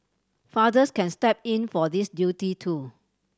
fathers can step in for this duty too